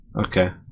Okay